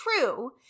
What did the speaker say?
true